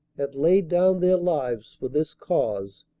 had laid down their lives for this cause,